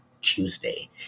Tuesday